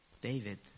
David